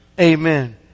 Amen